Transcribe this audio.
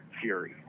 fury